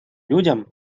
людям